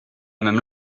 même